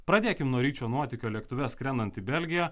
pradėkim nuo ryčio nuotykio lėktuve skrendant į belgiją